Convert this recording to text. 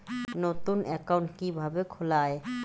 নতুন একাউন্ট কিভাবে খোলা য়ায়?